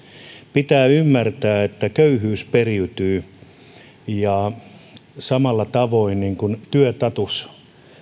pitää ymmärtää että köyhyys periytyy samalla tavoin kuin työstatus